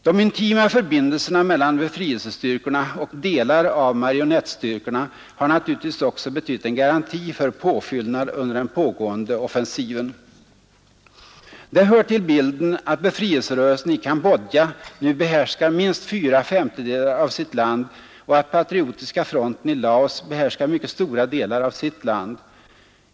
De intima förbindelserna mellan befrielsestyrkorna och patriotiska delar av marionettstyrkorna har naturligtvis också betytt en garanti för påfyllnad under den pågående offensiven. Det hör till bilden att befrielserörelsen i Cambodja nu behärskar minst fyra femtedelar av sitt land och att patriotiska fronten i Laos behärskar mycket stora delar av sitt land.